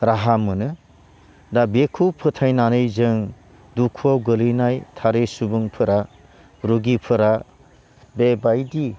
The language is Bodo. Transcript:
राहा मोनो दा बेखौ फोथायनानै जों दुखुआव गोग्लैनाय थारै सुबुंफोरा रगिफोरा बेबायदि